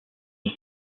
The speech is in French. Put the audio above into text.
une